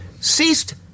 ceased